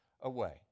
away